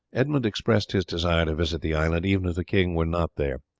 edmund expressed his desire to visit the island even if the king were not there.